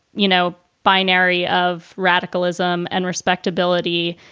you know, finery of radicalism and respectability,